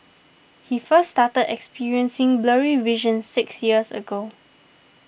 he first started experiencing blurry vision six years ago